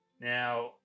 now